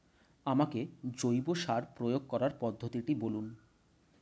আমাকে জৈব সার প্রয়োগ করার পদ্ধতিটি বলুন?